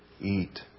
eat